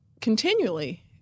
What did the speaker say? continually